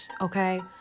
okay